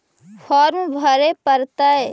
Farm भरे परतय?